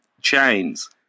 chains